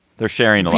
they're sharing,